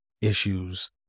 issues